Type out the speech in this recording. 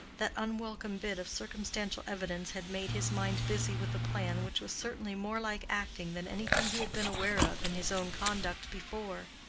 that unwelcome bit of circumstantial evidence had made his mind busy with a plan which was certainly more like acting than anything he had been aware of in his own conduct before.